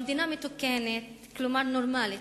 במדינה מתוקנת, כלומר נורמלית,